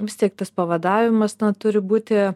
vis tiek tas pavadavimas turi būti